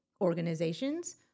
organizations